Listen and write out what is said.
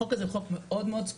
החוק הזה הוא חוק מאוד ספציפי,